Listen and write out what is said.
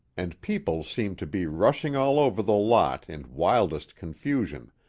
and people seemed to be rushing all over the lot in wildest confusion,